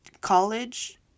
college